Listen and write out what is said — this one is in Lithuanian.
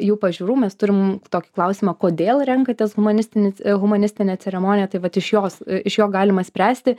jų pažiūrų mes turim tokį klausimą kodėl renkatės humanistinį humanistinę ceremoniją tai vat iš jos iš jo galima spręsti